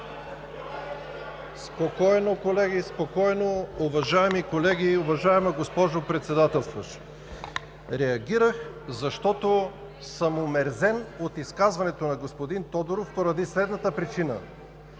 Спокойно, колеги, спокойно! Уважаеми колеги, уважаема госпожо Председателстващ! Реагирах, защото съм омерзен от изказването на господин Тодоров поради следната причина